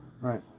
Right